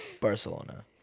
Barcelona